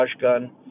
gun